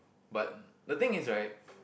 but the thing is right